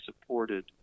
supported